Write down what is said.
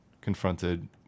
confronted